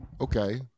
Okay